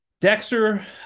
Dexter